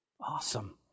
Awesome